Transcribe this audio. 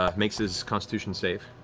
ah makes his constitution save.